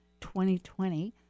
2020